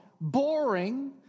boring